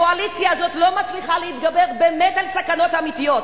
הקואליציה הזאת לא מצליחה להתגבר באמת על הסכנות האמיתיות.